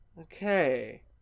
Okay